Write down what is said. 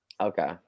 Okay